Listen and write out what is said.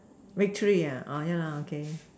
victory oh yeah lah okay